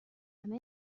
همه